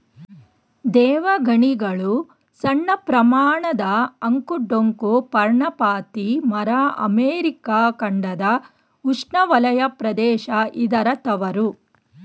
ದೇವಗಣಿಗಲು ಸಣ್ಣಪ್ರಮಾಣದ ಅಂಕು ಡೊಂಕು ಪರ್ಣಪಾತಿ ಮರ ಅಮೆರಿಕ ಖಂಡದ ಉಷ್ಣವಲಯ ಪ್ರದೇಶ ಇದರ ತವರು